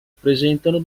presentano